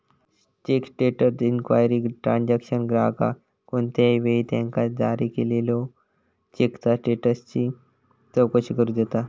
check status enquiry transaction ग्राहकाक कोणत्याही वेळी त्यांका जारी केलेल्यो चेकचा स्टेटसची चौकशी करू देता